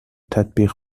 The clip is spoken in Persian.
تطبیق